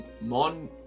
mon